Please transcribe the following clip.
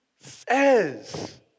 says